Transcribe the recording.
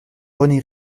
rené